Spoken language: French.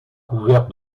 couvert